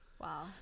wow